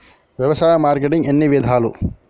వ్యవసాయ మార్కెటింగ్ ఎన్ని విధాలు?